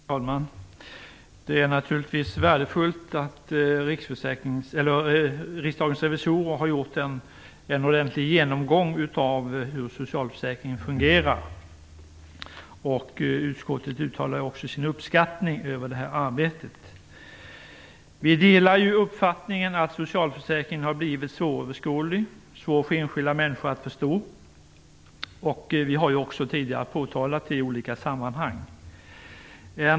Herr talman! Det är naturligtvis värdefullt att riksdagens revisorer har gjort en ordentlig genomgång av hur socialförsäkringen fungerar, och utskottet uttalar också sin uppskattning över det arbetet. Vi delar uppfattningen att socialförsäkringen har blivit svåröverskådlig. Den är svår för enskilda människor att förstå. Vi har också påtalat det tidigare i olika sammanhang.